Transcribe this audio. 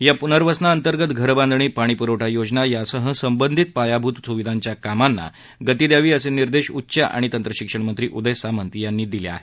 या पननर्वसनांअतर्गत घरबांधणी पाणी पुरवठा योजना यासह संबंधित पायाभुत स्विधांच्या कामाला गती द्यावी असे निर्देश उच्च आणि तंत्रशिक्षणमंत्री उदय सामंत यांनी दिले आहेत